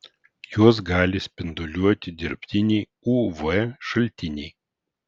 juos gali spinduliuoti dirbtiniai uv šaltiniai